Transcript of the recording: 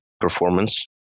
performance